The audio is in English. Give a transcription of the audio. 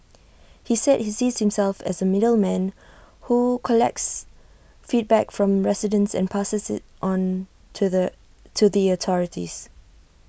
he said he sees himself as A middleman who collects feedback from residents and passes IT on to the to the authorities